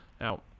Now